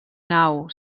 nau